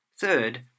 Third